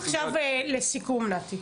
נתי,